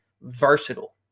versatile